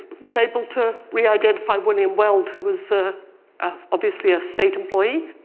was able to reidentify william weld who was, ah ah obviously a state employee,